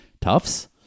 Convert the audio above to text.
tufts